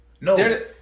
no